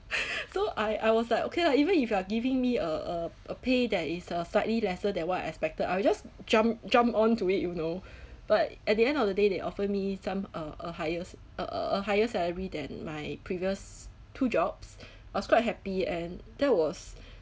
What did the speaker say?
so I I was like okay lah even if you are giving me a a a pay that is uh slightly lesser than what I expected I will just jump jump on to it you know but at the end of the day they offer me some uh a highest uh a higher salary than my previous two jobs I was quite happy and that was